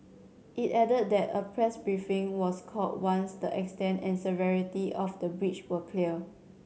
it added that a press briefing was called once the extent and severity of the breach were clear